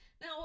Now